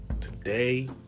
today